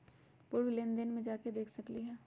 पूर्व लेन देन में जाके देखसकली ह?